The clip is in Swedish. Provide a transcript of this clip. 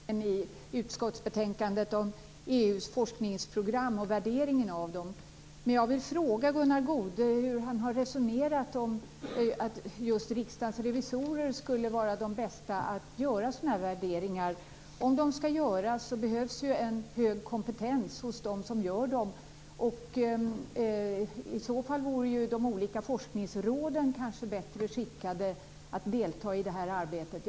Fru talman! Folkpartiet står bakom skrivningen i utskottsbetänkandet om EU:s forskningsprogram och värderingen av dem. Jag vill fråga Gunnar Goude hur han har resonerat när det gäller att just Riksdagens revisorer skulle vara de bästa att göra dessa värderingar. Om de skall göras, behövs ju en hög kompetens hos dem som gör detta. I så fall vore ju de olika forskningsråden kanske bättre skickade att delta i det här arbetet.